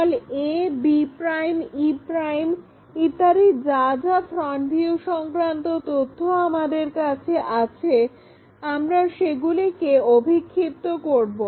a b e ইত্যাদি যা যা ফ্রন্ট ভিউ সংক্রান্ত তথ্য আমাদের কাছে আছে আমরা সেগুলিকে অভিক্ষিপ্ত করব